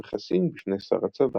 וחסין בפני שר הצבא.